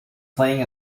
playing